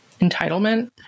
entitlement